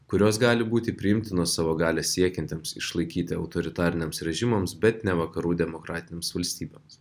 kurios gali būti priimtinos savo galią siekiantiems išlaikyti autoritariniams režimams bet ne vakarų demokratinėms valstybėms